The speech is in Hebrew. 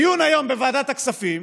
בדיון היום בוועדת הכספים